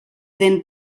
dent